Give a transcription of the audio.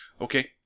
okay